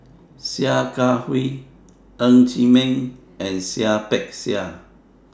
Sia Kah Hui Ng Chee Meng and Seah Peck Seah